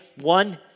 one